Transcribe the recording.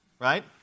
right